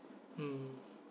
mm